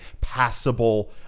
passable